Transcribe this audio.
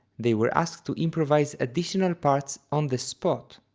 they were asked to improvise additional parts on the spot.